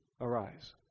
arise